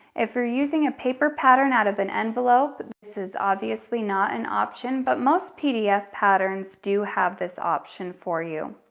if you're using a paper pattern out of an envelope, this is obviously not an option, but most pdf patterns do have this this option for you.